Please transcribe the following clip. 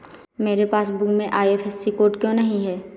मेरे पासबुक में IFSC code क्यो नहीं है?